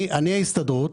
אני הסתדרות.